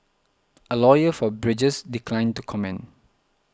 a lawyer for Bridges declined to comment